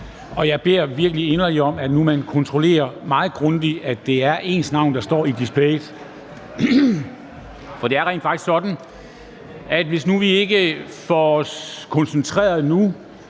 og jeg beder virkelig inderligt om, at man kontrollerer meget grundigt, at det er ens navn, der står i displayet. For det er rent faktisk sådan, at det, hvis nu vi ikke får koncentreret os